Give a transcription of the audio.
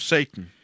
Satan